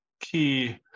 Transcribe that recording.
key